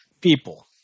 people